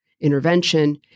intervention